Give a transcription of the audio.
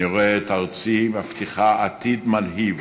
אני רואה את ארצי מבטיחה עתיד מלהיב